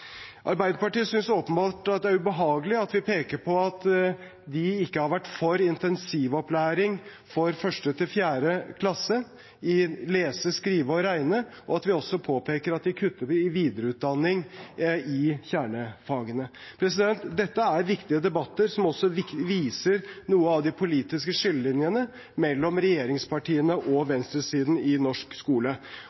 Arbeiderpartiet synes åpenbart det er ubehagelig at vi peker på at de ikke har vært for intensivopplæring for 1.–4. klasse i å lese, skrive og regne, og at vi også påpeker at de kutter i videreutdanning i kjernefagene. Dette er viktige debatter som viser noen av de politiske skillelinjene mellom regjeringspartiene og